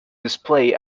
display